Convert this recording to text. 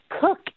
cook